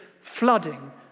flooding